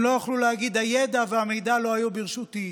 הם לא יוכלו להגיד: הידע והמידע לא היו ברשותי.